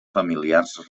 familiars